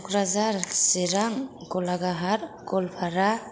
Kokrajhar Chirang Golaghat Goalpara